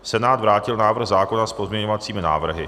Senát vrátil návrh zákona s pozměňovacími návrhy.